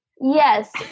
Yes